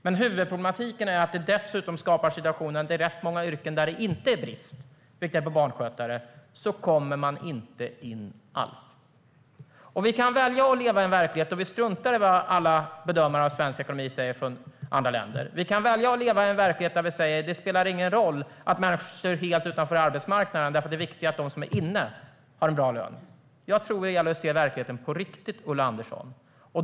Men huvudproblematiken är att det dessutom i rätt många yrken där det inte är brist, vilket det är på barnskötare, skapar situationen att man inte kommer in alls. Vi kan välja att leva i en verklighet där vi struntar i vad alla bedömare av svensk ekonomi säger från andra länder, välja att leva i en verklighet där vi säger att det inte spelar någon roll att människor står helt utanför arbetsmarknaden, eftersom det är viktigare att de som är inne har bra lön. Jag tror dock att det gäller att se verkligheten på riktigt, Ulla Andersson.